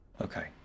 Okay